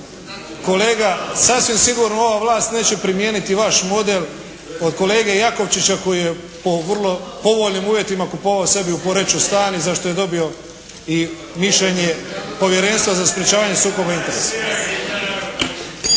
kolega sasvim sigurno ova vlast neće primijeniti vaš model od koelge Jakovčića koji je po vrlo povoljnim uvjetima kupovao u sebi u Poreču stan i za što je dobio i mišljenje Povjerenstva za sprečavanje sukoba interesa.